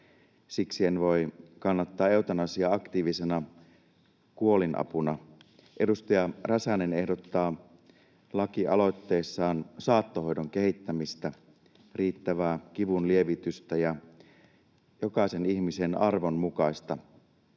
siksi en voi kannattaa eutanasiaa aktiivisena kuolinapuna. Edustaja Räsänen ehdottaa lakialoitteessaan saattohoidon kehittämistä, riittävää kivunlievitystä ja jokaisen ihmisen arvon mukaista